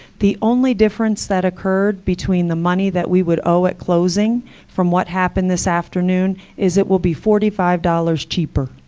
the only difference that occurred between the money that we would owe at closing from what happened this afternoon is it will be forty five dollars cheaper.